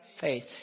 faith